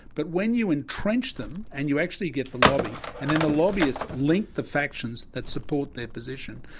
but when you entrench them and you actually get the lobbying, and then the lobbyists link the factions that support their position,